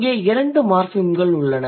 இங்கே இரண்டு மார்ஃபிம்கள் உள்ளன